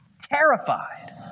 Terrified